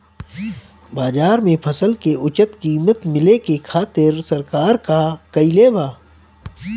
बाजार में फसल के उचित कीमत मिले खातिर सरकार का कईले बाऽ?